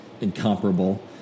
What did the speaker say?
incomparable